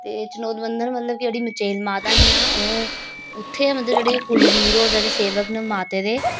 ते चनोद मंदिर मतलब कि जेह्ड़ी मचेल माता हियां ओह् उत्थें मतलब जेह्ड़े कुलबीर होर जेह्ड़े सेवक न माता दे